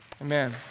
Amen